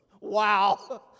Wow